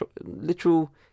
literal